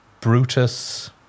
Brutus